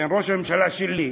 בין ראש הממשלה שלי,